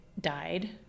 died